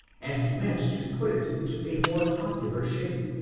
and he meant to put it into a more popular shape.